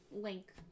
Link